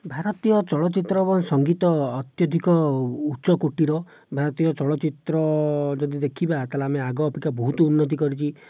ଭାରତୀୟ ଚଳଚ୍ଚିତ୍ର ଏବଂ ସଙ୍ଗୀତ ଅତ୍ୟଧିକ ଉଚ୍ଚକୋଟୀର ଭାରତୀୟ ଚଳଚ୍ଚିତ୍ର ଯଦି ଦେଖିବା ତା'ହେଲେ ଆମେ ଆଗ ଅପେକ୍ଷା ବହୁତ ଉନ୍ନତି କରିଛି